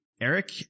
Eric